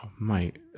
mate